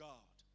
God